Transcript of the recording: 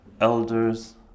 elders